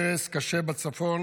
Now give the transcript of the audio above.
הרס קשה בצפון.